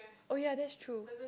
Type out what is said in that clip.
oh ya that's true